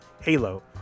Halo